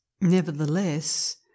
Nevertheless